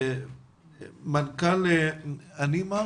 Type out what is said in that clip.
מנכ"ל אנימה